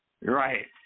Right